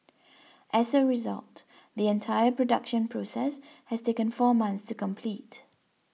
as a result the entire production process has taken four months to complete